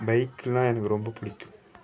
பைக்னால் எனக்கு ரொம்பப் பிடிக்கும்